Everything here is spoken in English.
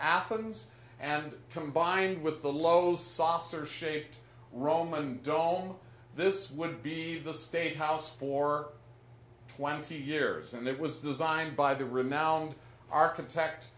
athens and combined with the lowes saucer shaped roman dome this would be the state house for twenty years and it was designed by the renowned architect